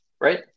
Right